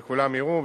וכולם יראו,